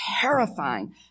terrifying